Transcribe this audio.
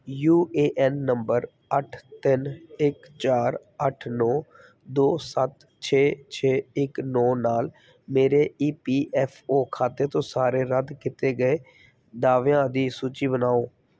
you A N number ਅੱਠ ਤਿੰਨ ਇੱਕ ਚਾਰ ਅੱਠ ਨੌਂ ਦੋ ਸੱਤ ਛੇ ਛੇ ਇੱਕ ਨੌਂ ਨਾਲ ਮੇਰੇ ਈ ਪੀ ਐੱਫ ਓ ਖਾਤੇ ਤੋਂ ਸਾਰੇ ਰੱਦ ਕੀਤੇ ਗਏ ਦਾਅਵਿਆਂ ਦੀ ਸੂਚੀ ਬਣਾਓ